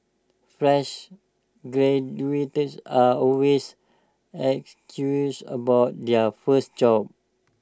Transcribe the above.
fresh are always about their first job